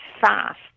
fast